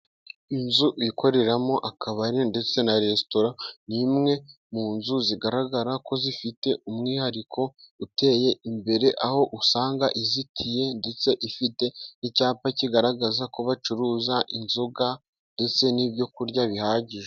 Inzu ikoreramo akabari ndetse na resitora ni imwe mu nzu zigaragara ko zifite umwihariko uteye imbere ,aho usanga izitiye ndetse ifite n'icyapa kigaragaza ko bacuruza inzoga ndetse n'ibyo kurya bihagije.